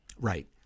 right